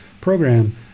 program